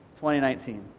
2019